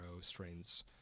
strains